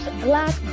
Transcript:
black